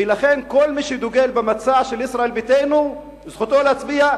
ולכן כל מי שדוגל במצע של ישראל ביתנו זכותו להצביע,